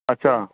अच्छा